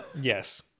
Yes